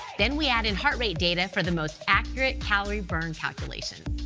then we add in heart rate data for the most accurate calorie burn calculations.